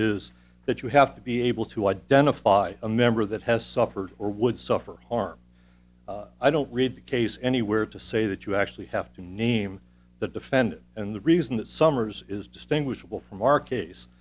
is that you have to be able to identify a member that has suffered or would suffer harm i don't read the case anywhere to say that you actually have to name the defendant and the reason that summers is distinguishable from our case